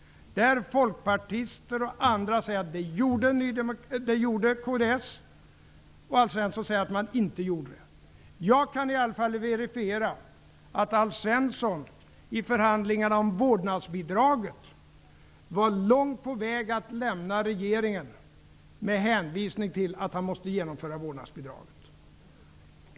Folkpartister och andra har sagt att kds gjorde det. Alf Svensson säger att man inte gjorde det. Jag kan i alla fall verifiera att Alf Svensson i förhandlingarna om vårdnadsbidraget var långt på väg att lämna regeringen med hänvisning till att han måste genomföra vårdnadsbidraget.